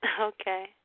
Okay